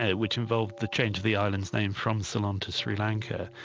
ah which involved the change of the island's name from ceylon to sri lanka,